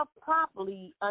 properly